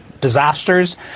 disasters